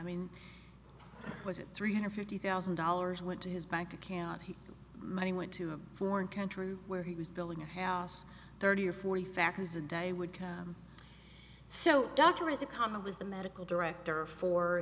mean was it three hundred fifty thousand dollars went to his bank account he money went to a foreign country where he was building a house thirty or forty factors a day would come so doctor as a common was the medical director for